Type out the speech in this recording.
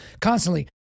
constantly